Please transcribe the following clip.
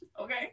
okay